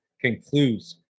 concludes